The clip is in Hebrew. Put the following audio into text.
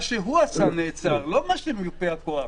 מה שהוא עשה נעצר, לא מה שמיופה הכוח.